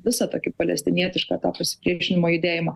visą tokį palestinietišką tą pasipriešinimo judėjimą